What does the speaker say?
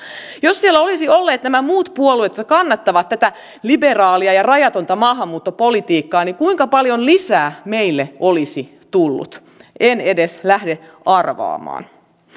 jos siellä olisivat olleet nämä muut puolueet jotka kannattavat tätä liberaalia ja rajatonta maahanmuuttopolitiikkaa niin kuinka paljon lisää meille olisi tullut en edes lähde arvaamaan